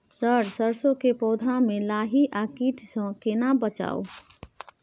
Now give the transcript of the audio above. Sir सरसो के पौधा में लाही आ कीट स केना बचाऊ?